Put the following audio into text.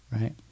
right